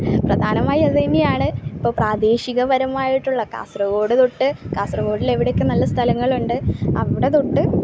പ്രധാനമായും അത് തന്നെയാണ് ഇപ്പോൾ പ്രാദേശികപരമായിട്ടുള്ള കാസർകോട് തൊട്ട് കാസർകോടിൽ എവിടെയൊക്കെ നല്ല സ്ഥലങ്ങളുണ്ട് അവിടെ തൊട്ട്